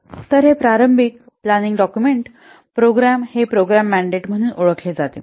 तर हे प्रारंभिक प्लांनिंग डाक्युमेंट प्रोग्राम हे प्रोग्राम मँडेट म्हणून ओळखले जाते